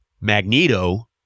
Magneto